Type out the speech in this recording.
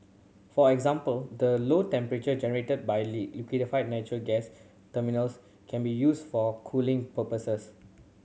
for example the low temperature generated by liquefied natural gas terminals can be used for cooling purposes